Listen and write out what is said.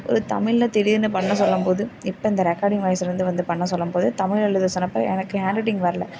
ஒரு தமிழில் திடீர்னு பண்ண சொல்லும் போது இப்போ இந்த ரெக்கார்டிங் வாய்ஸில் இருந்து வந்து பண்ண சொல்லும் போது தமிழ் எழுத சொன்னப்போ எனக்கு என் ஹேண்ட்ரைட்டிங் வரலை